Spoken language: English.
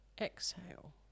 Exhale